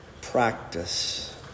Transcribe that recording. practice